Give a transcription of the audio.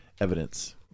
evidence